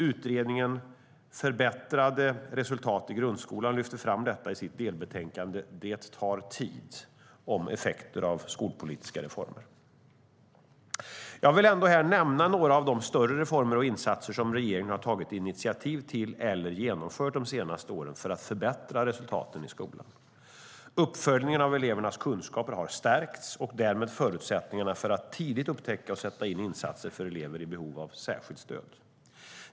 Utredningen Förbättrade resultat i grundskolan lyfter fram detta i sitt delbetänkande Det tar tid - om effekter av skolpolitiska reformer . Jag vill ändå här nämna några av de större reformer och insatser som regeringen har tagit initiativ till eller genomfört de senaste åren för att förbättra resultaten i skolan. Uppföljningen av elevernas kunskaper har stärkts, och därmed förutsättningarna för att tidigt upptäcka och sätta in insatser för elever i behov av särskilt stöd.